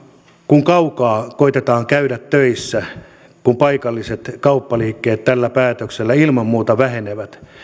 kun kaukaa koetetaan käydä töissä kun kaupalliset kauppaliikkeet tällä päätöksellä ilman muuta vähenevät